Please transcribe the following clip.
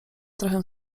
trochę